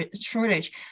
shortage